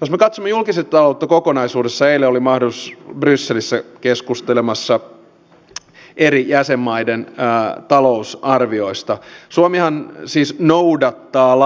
jos me katsomme julkista taloutta kokonaisuudessaan eilen oli mahdollisuus brysselissä olla keskustelemassa eri jäsenmaiden talousarvioista suomihan siis noudattaa